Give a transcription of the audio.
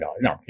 No